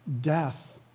death